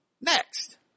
next